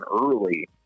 early